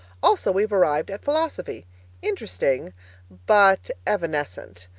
also we've arrived at philosophy interesting but evanescent.